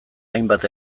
hainbat